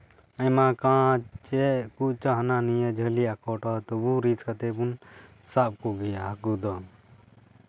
ᱟᱭᱢᱟ ᱠᱟᱸᱪ ᱪᱮᱫ ᱠᱚᱪᱚᱝ ᱦᱟᱱᱟ ᱱᱤᱭᱟᱹ ᱡᱷᱟᱹᱞᱤ ᱟᱠᱚᱴᱚᱜᱼᱟ ᱛᱚᱵᱩ ᱨᱤᱥᱠ ᱠᱟᱛᱮᱜ ᱵᱚᱱ ᱥᱟᱵ ᱠᱚᱜᱮᱭᱟ ᱦᱟᱹᱠᱩ ᱫᱚ